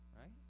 Right